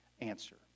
answer